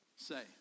say